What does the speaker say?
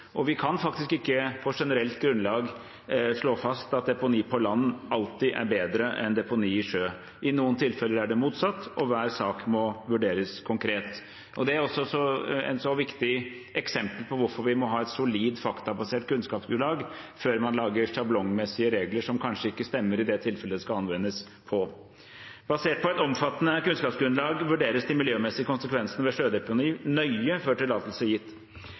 og vi kan faktisk ikke på generelt grunnlag slå fast at deponi på land alltid er bedre enn deponi i sjø. I noen tilfeller er det motsatt, og hver sak må vurderes konkret. Det er et viktig eksempel på hvorfor vi må ha et solid, faktabasert kunnskapsgrunnlag før man lager sjablongmessige regler som kanskje ikke stemmer i det tilfellet de skal anvendes på. Basert på et omfattende kunnskapsgrunnlag vurderes de miljømessige konsekvensene ved sjødeponi nøye før tillatelse